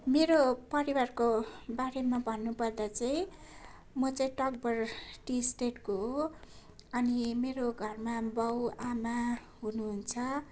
मेरो परिवारको बारेमा भन्नुपर्दा चाहिँ म चाहिँ तकभर टी स्टेटको हो अनि मेरो घरमा बाबुआमा हुनुहुन्छ